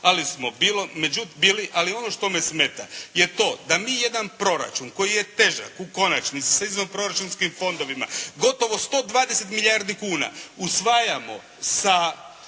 ono što me smeta je to da mi jedan proračun koji je težak u konačnici …/Govornik se ne razumije./… proračunskim fondovima gotovo 120 milijardi kuna usvajamo sa